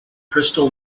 crystal